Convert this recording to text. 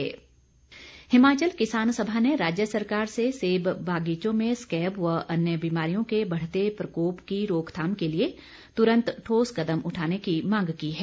किसान सभा हिमाचल किसान सभा ने राज्य सरकार से सेब बागीचों में स्कैब व अन्य बीमारियों के बढ़ते प्रकोप की रोकथाम के लिए तुरंत ठोस कदम उठाने की मांग की है